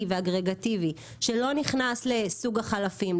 מאוד ואגרגטיבי שלא נכנס לסוג החלפים,